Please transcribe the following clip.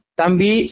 Tambi